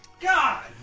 God